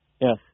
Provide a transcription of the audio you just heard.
Yes